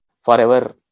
forever